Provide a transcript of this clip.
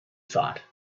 thought